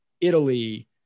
Italy